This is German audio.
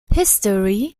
history